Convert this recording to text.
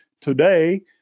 Today